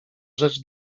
rzecz